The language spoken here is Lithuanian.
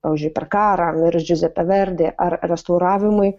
pavyzdžiui per karą mirė džiuzepė verdi ar restauravimui